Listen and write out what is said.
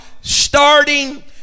starting